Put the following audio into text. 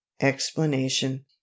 explanation